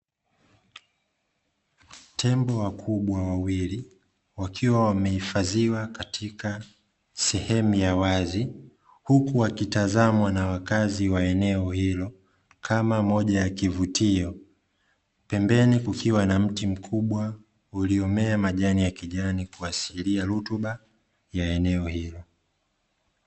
Tembo wakubwa wawili wakiwa wamehifadhiwa katika sehemu ya wazi huku wakitazamwa na wakazi wa eneo hilo kama moja ya kivutio. Pembeni kukiwa na mti mkubwa uliomea majani ya kijani kuashiria rutuba ya eneo hilo.